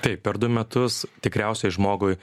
taip per du metus tikriausiai žmogui